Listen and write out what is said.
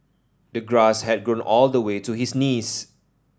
the grass had grown all the way to his knees